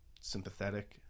sympathetic